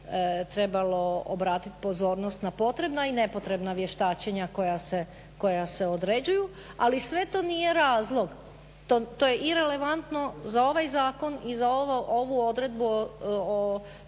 trebao obratiti pozornost na potrebna i nepotrebna vještačenja koja se određuju. Ali sve to nije razlog to je irelevantno i za ovaj zakon i za ovu odredbu o